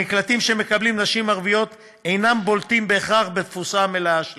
המקלטים שמקבלים נשים ערביות אינם בולטים בהכרח בתפוסה המלאה שלהם,